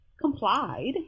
complied